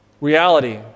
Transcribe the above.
reality